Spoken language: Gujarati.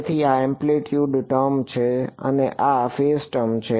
તેથી આ એમ્પલિટયૂડ ટર્મ છે અને આ ફેઝ ટર્મ છે